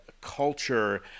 culture